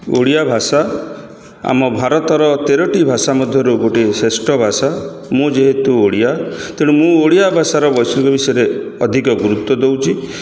ଓଡ଼ିଆ ଭାଷା ଆମ ଭାରତର ତେରଟି ଭାଷା ମଧ୍ୟରୁ ଗୋଟିଏ ଶ୍ରେଷ୍ଠ ଭାଷା ମୁଁ ଯେହେତୁ ଓଡ଼ିଆ ତେଣୁ ମୁଁ ଓଡ଼ିଆ ଭାଷାର ବୈଷୟିକ ବିଷୟରେ ଅଧିକା ଗୁରୁତ୍ୱ ଦେଉଛି